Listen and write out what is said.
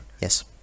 Yes